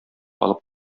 алып